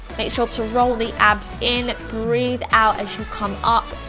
make sure to roll the abs in. breathe out as you come up,